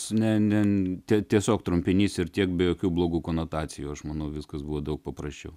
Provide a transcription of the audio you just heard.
ne ne tiesiog trumpinys ir tiek be jokių blogų konotacijų aš manau viskas buvo daug paprasčiau